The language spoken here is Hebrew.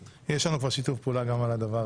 יש לנו כבר שיתוף פעולה גם על הדבר הזה.